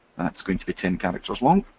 that's going to be ten characters long.